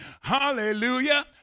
Hallelujah